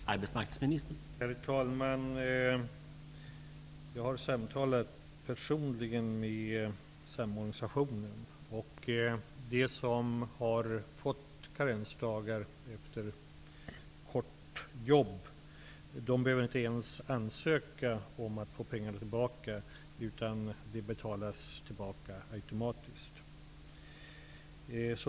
Herr talman! Jag har personligen undersökt denna fråga. De som har fått karensdagar efter en kort tids jobb behöver inte ens ansöka om att få pengarna tillbaka, utan de betalas tillbaka automatiskt.